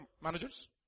managers